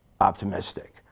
optimistic